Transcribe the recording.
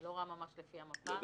אני לא רואה ממש לפי המפה.